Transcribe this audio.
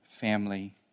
family